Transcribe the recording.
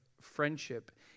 friendship